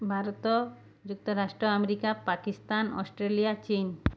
ଭାରତ ଯୁକ୍ତରାଷ୍ଟ୍ର America Pakistan Australia ଚୀନ